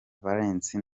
valence